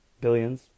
billions